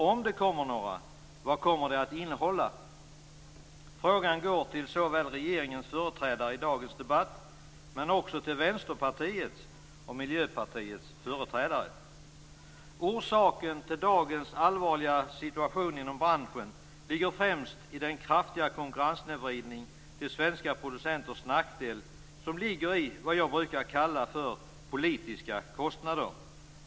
Om det kommer några, vad kommer de att innehålla? Frågan går såväl till regeringens företrädare i dagens debatt som till Vänsterpartiets och Miljöpartiets företrädare? Orsaken till dagens allvarliga situation inom branschen ligger främst i den kraftiga konkurrenssnedvridning till svenska producenters nackdel som är vad jag brukar kalla för politiska kostnader.